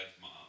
mom